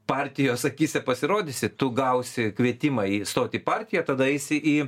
partijos akyse pasirodysi tu gausi kvietimą įstot į partiją tada eisi į